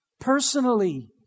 personally